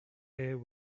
air